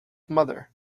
mother